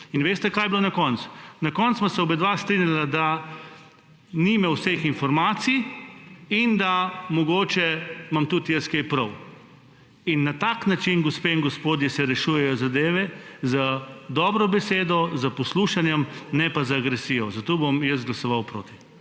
In veste, kaj je bilo na koncu? Na koncu sva se oba strinjala, da ni imel vseh informacij in da mogoče imam tudi jaz kaj prav. In na tak način, gospe in gospodje, se rešujejo zadeve – z dobro besedo, s poslušanjem, ne pa z agresijo. Zato bom jaz glasoval proti.